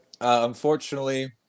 unfortunately